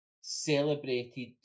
celebrated